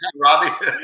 Robbie